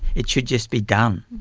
it should just be done.